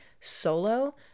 solo